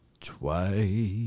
Twice